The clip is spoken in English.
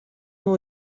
will